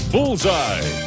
Bullseye